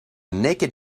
naked